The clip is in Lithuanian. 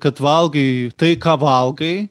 kad valgai tai ką valgai